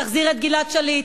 תחזיר את גלעד שליט.